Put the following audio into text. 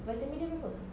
vitamin dia berapa